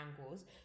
angles